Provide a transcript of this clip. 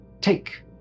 take